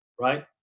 right